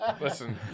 Listen